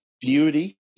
beauty